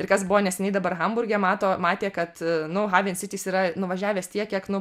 ir kas buvo neseniai dabar hamburge mato matė kad nu havensitis yra nuvažiavęs tiek kiek nu